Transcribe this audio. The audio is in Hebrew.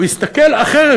הוא יסתכל אחרת,